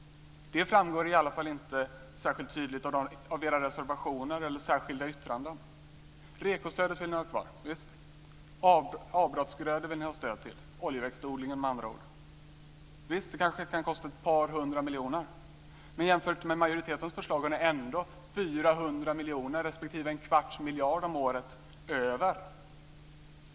Det framgår inte särskilt tydligt av era reservationer eller särskilda yttranden. Ni vill ha kvar RE KO-stödet. Ni vill ha stöd till avbrottsgrödor, dvs. oljeväxtodlingen. Det kanske kan kosta ett par hundra miljoner. Men jämfört med majoritetens förslag har ni ändå 400 miljoner respektive en kvarts miljard om året över.